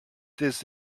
this